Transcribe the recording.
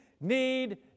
need